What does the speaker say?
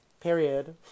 period